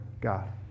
God